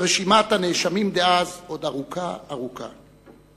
ורשימת הנאשמים דאז עוד ארוכה ארוכה.